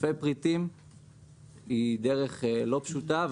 אלפי פריטים היא דרך לא פשוטה,